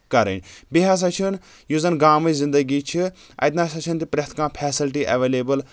کَرٕنۍ بیٚیہِ ہسا چھُنہٕ یُس زَن گامٕچ زندگی چھِ اَتہِ نسا چھنہٕ تہِ پرؠتھ کانٛہہ فیسلٹی ایٚولیبٕل